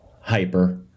hyper